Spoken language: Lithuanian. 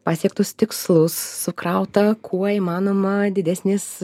pasiektus tikslus sukrautą kuo įmanoma didesnis